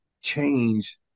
change